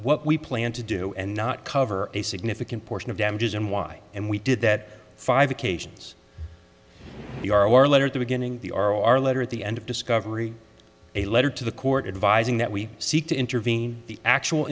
what we plan to do and not cover a significant portion of damages and why and we did that five occasions your letter to beginning the our letter at the end of discovery a letter to the court advising that we seek to intervene the actual